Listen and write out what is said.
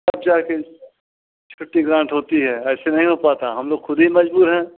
तब जा कर छुट्टी ग्रांट होती है ऐसे नहीं हो पाता हम लोग ख़ुद ही मजबूर हैं